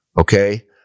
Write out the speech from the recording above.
okay